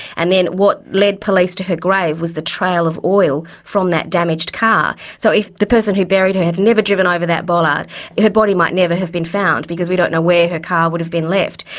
and then what led police to her grave was the trail of oil from that damaged car. so if the person who buried her had never driven over that bollard her body might never have been found, because we don't know where her car would've been left,